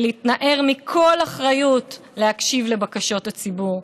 ולהתנער מכל אחריות להקשיב לבקשות הציבור.